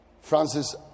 Francis